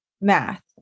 math